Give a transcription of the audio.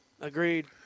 Agreed